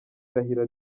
irahira